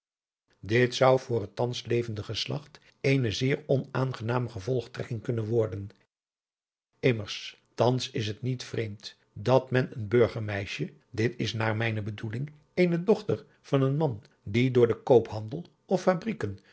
dit zou voor het thans levende geslacht eene zeer onaangename gevolgtrekking kunnen worden immers thans is het niet vreemd dat men een burgermeisje dit is naar mijne bedoeling eene dochter van een man die door den koophandel of fabrieken